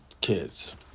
kids